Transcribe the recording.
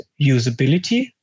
usability